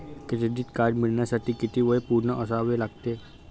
Credit card मिळवण्यासाठी किती वय पूर्ण असावे लागते?